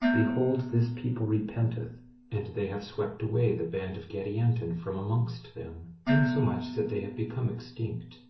behold this people repenteth and they have swept away the band of gadianton from amongst them insomuch that they have become extinct,